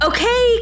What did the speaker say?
Okay